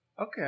Okay